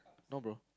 no bro